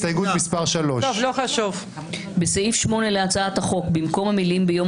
הסתייגות מס' 3. בסעיף 8 להצעת החוק במקום המילים: "ביום